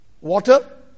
water